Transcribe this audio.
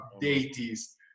deities